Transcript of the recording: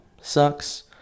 sucks